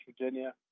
Virginia